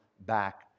back